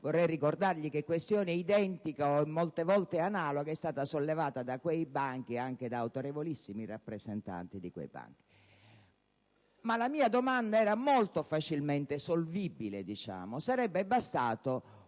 Vorrei ricordargli che questione identica o molte volte analoga è stata sollevata da quei banchi anche da autorevolissimi rappresentanti. Ma la mia domanda era molto facilmente solvibile. Sarebbe bastata